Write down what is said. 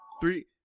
three